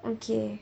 okay